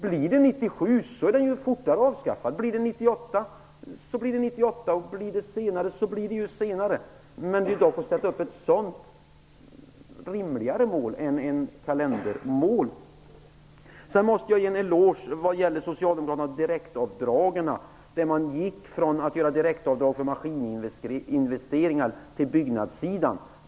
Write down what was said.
Blir det 1997, kan den avskaffas tidigare. Om det blir 1998, så blir det 1998. Blir det senare, så blir det senare. Det vore bättre att sätta upp ett sådant mera rimligt mål än ett kalendermål. Sedan måste jag ge en eloge till Socialdemokraterna vad gäller direktavdragen. Man gick från att göra direktavdrag för maskininvesteringar till byggnadssektorn.